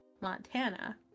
Montana